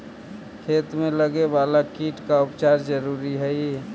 खेत में लगे वाला कीट का उपचार जरूरी हई